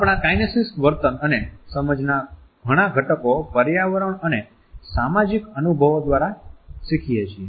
આપણા કાઈનેસીક્સ વર્તન અને સમજના ઘણા ઘટકો પર્યાવરણ અને સામાજિક અનુભવો દ્વારા શીખીએ છીએ